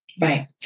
Right